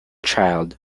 child